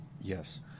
Yes